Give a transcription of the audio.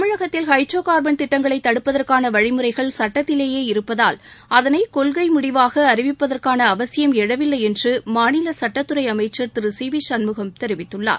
தமிழகத்தில் hydrocarbon திட்டங்களை தடுப்பதற்கான வழிமுறைகள் சுட்டத்திலேயே இருப்பதால் அதனை கொள்கை முடிவாக அறிவிப்பதற்கான அவசியம் எழவில்லை என்று மாநில சட்டத்துறை அமைச்சர் திரு சி வி சண்முகம் தெரிவித்துள்ளார்